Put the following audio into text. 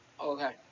Okay